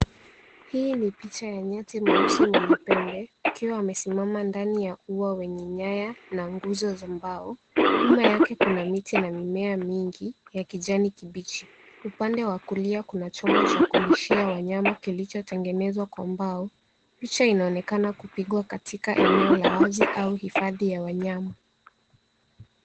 Hii ni picha ya nyati meusi mwenye pembe, akiwa amesimama ndani ya ua wenye nyaya, na nguzo za mbao. Nyuma yake kuna miti na mimea mingi, ya kijani kibichi. Upande wa kulia kuna chombo cha kulishia wanyama kilichotengenezwa kwa mbao, picha inaonekana kupigwa katika eneo la wazi, au hifadhi ya wanyama.